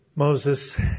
Moses